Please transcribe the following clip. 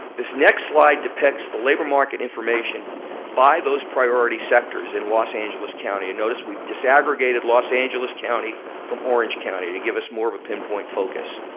this next slide depicts the labor market information by those priority sectors in los angeles county. and notice we disaggregated los angeles county from orange county to give us more of a pinpoint focus.